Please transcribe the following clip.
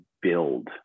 build